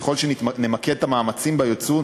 וככל שנמקד את המאמצים ביצוא,